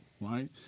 right